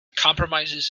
comprises